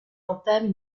entame